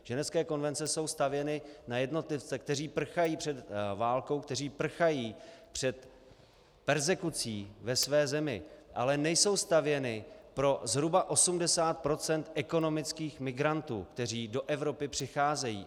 Ženevské konvence jsou stavěny na jednotlivce, kteří prchají před válkou, kteří prchají před perzekucí ve své zemi, ale nejsou stavěny pro zhruba 80 % ekonomických migrantů, kteří do Evropy přicházejí.